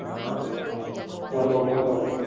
ꯀꯣꯏꯔꯛꯑꯣ ꯀꯣꯏꯔꯛꯑꯣ